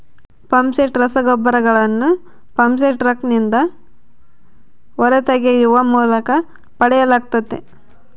phosphate ರಸಗೊಬ್ಬರಗಳನ್ನು phosphate ರಾಕ್ನಿಂದ ಹೊರತೆಗೆಯುವ ಮೂಲಕ ಪಡೆಯಲಾಗ್ತತೆ